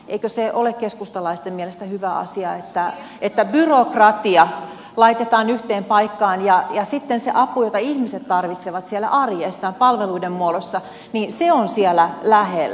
eikö se ole keskustalaisten mielestä hyvä asia että byrokratia laitetaan yhteen paikkaan ja sitten se apu jota ihmiset tarvitsevat arjessa palveluiden muodossa on siellä lähellä